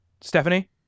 Stephanie